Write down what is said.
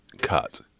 cut